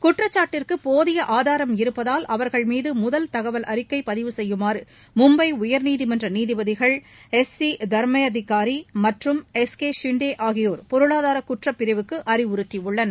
குற்றச்சாட்டிற்கு போதிய ஆதாரம் இருப்பதால் அவர்கள் மீது முதல் தகவல்அறிக்கை பதிவு செய்யுமாறு மும்பை உயர் நீதிமன்ற நீதிபதிகள் எஸ் சி தர்மயதிக்காரி மற்றும் எஸ் கே ஷிண்டே ஆகியோர் பொருளாதார குற்றப்பிரிவுக்கு அறிவுறுத்தியுள்ளனர்